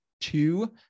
two